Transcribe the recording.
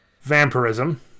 Vampirism